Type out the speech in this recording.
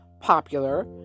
popular